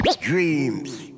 dreams